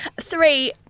Three